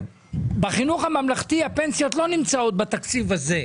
בחינוך הממלכתי הפנסיות לא נמצאות בתקציב הזה,